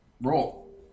Roll